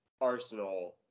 arsenal